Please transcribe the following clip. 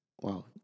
Wow